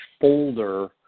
folder